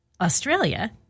Australia